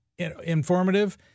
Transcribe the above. informative